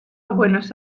buenos